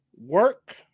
Work